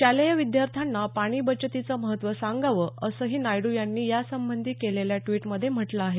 शालेय विद्यार्थ्यांना पाणीबचतीचं महत्त्व सांगावं असंही नायडू यांनी यासंबंधी केलेल्या ट्वीटमध्ये म्हटलं आहे